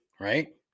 right